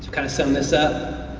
kind of sum this up,